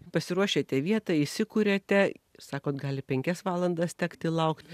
pasiruošiate vietą įsikuriate sakot gali penkias valandas tekti laukt